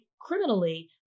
criminally